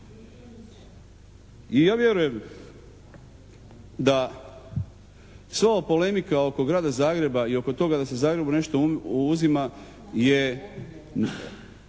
I ja vjerujem da sva ova polemika oko Grada Zagreba i oko toga da se Zagrebu nešto uzima je